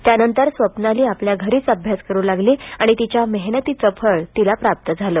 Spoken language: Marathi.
त्या नंतर स्वप्नाली आपल्या घरीच अभ्यास करू लागली आणि तिच्या मेहनतीचं फळ तिला प्राप्त झालं